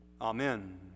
Amen